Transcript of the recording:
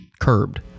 curbed